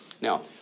Now